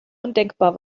undenkbar